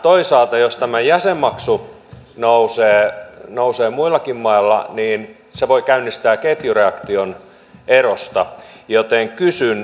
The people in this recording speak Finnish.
toisaalta jos tämä jäsenmaksu nousee muillakin mailla niin se voi käynnistää ketjureaktion erosta joten kysyn